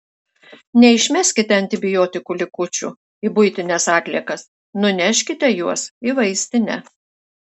neišmeskite antibiotikų likučių į buitines atliekas nuneškite juos į vaistinę